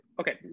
okay